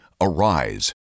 Arise